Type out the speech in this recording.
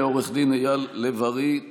איל לב-ארי.